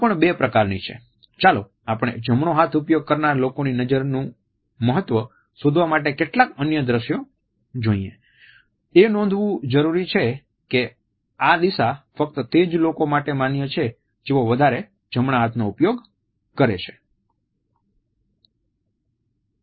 આ પણ બે પ્રકારની છે ચાલો આપણે જમણો હાથ ઉપયોગ કરનાર લોકોની નજર નું મહત્વ શોધવા માટે કેટલાક અન્ય દ્રશ્યો જોઈએ એ નોંધવું જરૂરી છે કે આ દિશા ફ્કત તે જ લોકો માટે માન્ય છે જેઓ વધારે જમણા હાથનો ઉપયોગ કરે છે